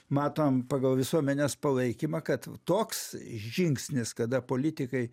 matom pagal visuomenės palaikymą kad toks žingsnis kada politikai